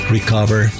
recover